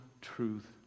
truth